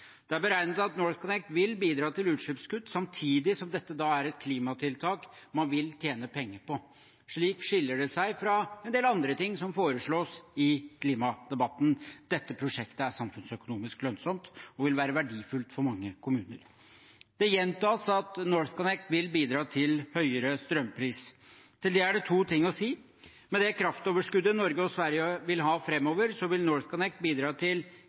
Det er beregnet at NorthConnect vil bidra til utslippskutt, samtidig som dette er et klimatiltak man vil tjene penger på. Slik skiller det seg fra en del andre ting som foreslås i klimadebatten. Dette prosjektet er samfunnsøkonomisk lønnsomt og vil være verdifullt for mange kommuner. Det gjentas at NorthConnect vil bidra til høyere strømpris. Til det er det to ting å si: Med det kraftoverskuddet Norge og Sverige vil ha framover, vil NorthConnect bidra til